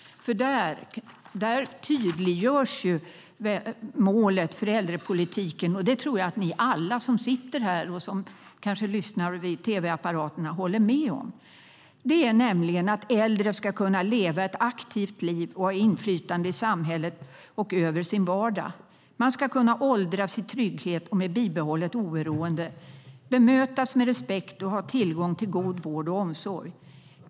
Där tydliggörs målet för äldrepolitiken. Jag tror att alla ni som sitter här och kanske ni som lyssnar vid tv-apparaterna håller med om dem. Det är att äldre ska kunna leva ett aktivt liv och ha inflytande i samhället och över sin vardag. Äldre ska kunna åldras i trygghet och med bibehållet oberoende, bemötas med respekt och ha tillgång till god vård och omsorg.